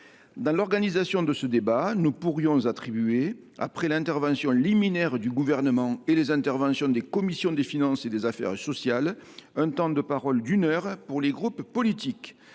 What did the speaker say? Dans l’organisation de ce débat, nous pourrions attribuer, après l’intervention liminaire du Gouvernement et les interventions des commissions des finances et des affaires sociales, un temps de parole d’une heure pour les groupes politiques.